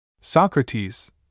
Socrates